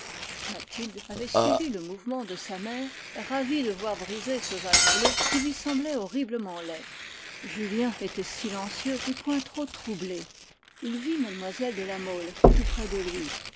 mathilde avait suivi le mouvement de sa mère ravie de voir brisé ce vase bleu qui lui semblait horriblement laid julien était silencieux et point trop troublé il vit mlle de la mole tout près de lui